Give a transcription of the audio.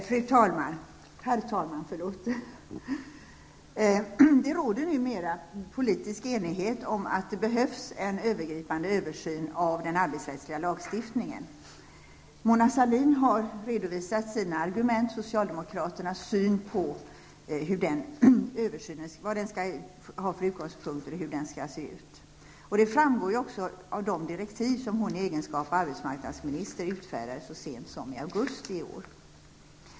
Herr talman! Det råder numera politisk enighet om att det behövs en övergripande översyn av den arbetsrättsliga lagstiftningen. Mona Sahlin har redovisat sina argument, dvs. socialdemokraternas syn på hur den här översynen skall se ut. Det framgår av de direktiv som hon i egenskap av arbetsmarknadsminister utfärdade så sent som i augusti i år.